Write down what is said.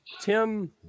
Tim